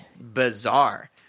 bizarre